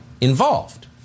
involved